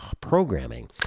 programming